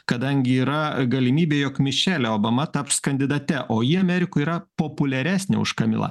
kadangi yra galimybė jog mišelė obama taps kandidate o ji amerikoj yra populiaresnė už kamilą